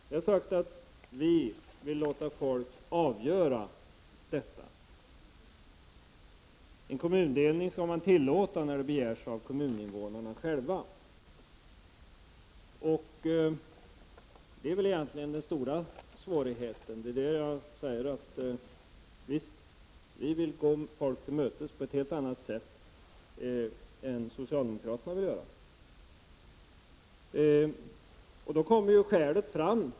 Vi har sagt att vi vill låta människor själva avgöra detta. En kommundelning skall tillåtas när den begärs av kommuninvånarna själva. Det är egentligen den stora svårigheten. Visst, säger jag, vi vill gå folk till mötes på ett helt annat sätt än socialdemokraterna vill göra.